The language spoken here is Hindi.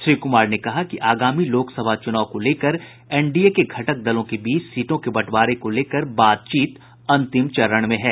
श्री कुमार ने कहा कि आगामी लोकसभा चुनाव को लेकर एनडीए के घटक दलों के बीच सीटों के बंटवारे को लेकर बातचीत अंतिम चरण में है